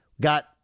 Got